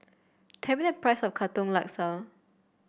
tell me the price of Katong Laksa